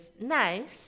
nice